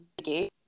okay